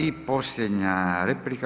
I posljednja replika.